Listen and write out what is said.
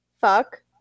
Fuck